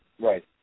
Right